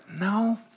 no